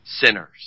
sinners